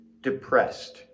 depressed